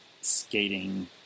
skating